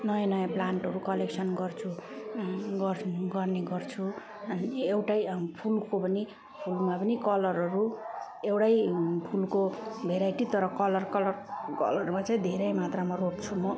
नयाँ नयाँ प्लान्टहरू कलेक्सन गर्छु गर गर्ने गर्छु अनि एउटै फुलको पनि फुलमा पनि कलरहरू एउटै फुलको भेराइटी तर कलर कलर कलरमा चाहिँ धेरै मात्रामा रोप्छु म